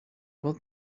with